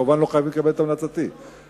לא חייבים לקבל את המלצתי כמובן.